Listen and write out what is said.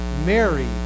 mary